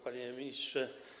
Panie Ministrze!